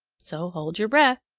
so hold your breath.